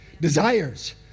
Desires